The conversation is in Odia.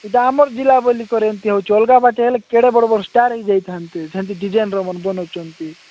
ଏଇଟା ଆମର ଜିଲ୍ଲା ବୋଲି କରି ଏମିତି ହେଉଛି ଅଲଗାଆଡ଼େ ହେଲେ କେଡ଼େ ବଡ଼ ବଡ଼ ଷ୍ଟାର୍ ହୋଇଯାଇଥାନ୍ତେ ଯେମିତି ଡିଜାଇନର କରୁଛନ୍ତି